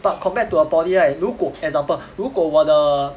but compared to a poly right 如果 example 如果我的